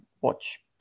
watch